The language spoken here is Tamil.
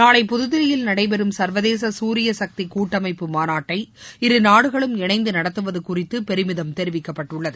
நாளை புதுதில்லியில் நடைபெறும் சர்வதேச சூரிய சக்தி கூட்டமைப்பு மாநாட்டை இரு நாடுகளும் இணைந்து நடத்துவது குறித்து பெருமிதம் தெரிவிக்கப்பட்டுள்ளது